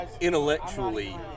intellectually